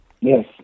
Yes